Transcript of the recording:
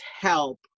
help